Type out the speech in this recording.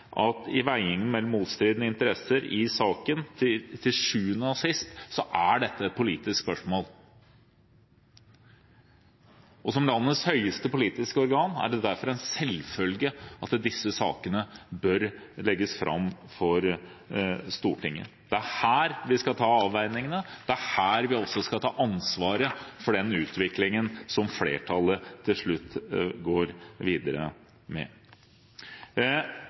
at i avveiningen mellom motstridende interesser i saken er dette til sjuende og sist et politisk spørsmål. Det er derfor en selvfølge at disse sakene bør legges fram for Stortinget som landets høyeste politiske organ. Det er her vi skal ta avveiningene, det er her vi også skal ta ansvar for den utviklingen som flertallet til slutt går videre med.